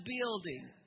building